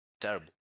Terrible